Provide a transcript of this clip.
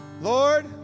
Lord